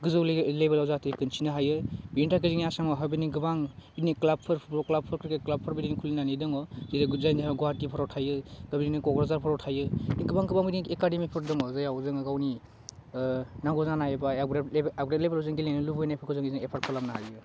गोजौ लेभेलाव जाहाथे खोन्थिनो हायो बेनि थाखाय जोंनि आसामावहाय बेनि गोबां बिदिनो क्लाबफोर फुटबल क्लाबफोर क्रिकेट क्लाबफोर बिदिनो खुलिनानै दङ जेरै गुडजाइननिहा गवाहाटिफ्राव थायो दा बिदिनो क'क्राझारफ्राव थायो बिदिनो गोबां गोबां बिदिनो एकादेमिफोर दङ जेयाव जोङो गावनि ओह नांगौ जानाय बा आबग्रेड लेभेलाव जों गेलेनो लुबैनायफोरखौ जों बिदिनो एपार्ट खालामनो हायो